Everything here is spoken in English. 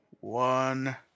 one